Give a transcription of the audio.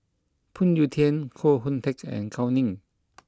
Phoon Yew Tien Koh Hoon Teck and Gao Ning